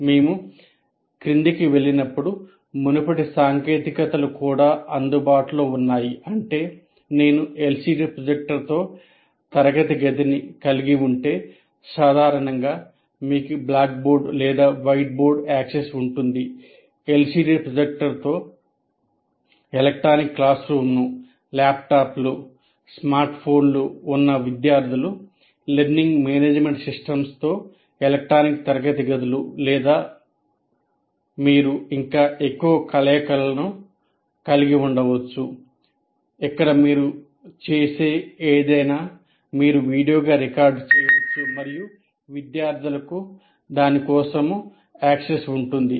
మేము క్రిందికి వెళ్ళినప్పుడు మునుపటి సాంకేతికతలు కూడా అందుబాటులో ఉన్నాయి అంటే నేను ఎల్సిడి ప్రొజెక్టర్తో తరగతి గదిని కలిగి ఉంటే సాధారణంగా మీకు బ్లాక్ బోర్డ్ లేదా వైట్ బోర్డ్ యాక్సెస్ ఉంటుంది